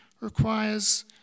requires